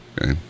Okay